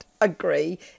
agree